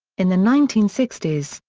in the nineteen sixty s,